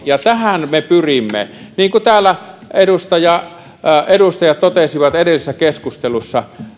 ja tähän me pyrimme niin kuin täällä edustajat totesivat edellisessä keskustelussa